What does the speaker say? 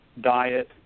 diet